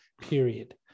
period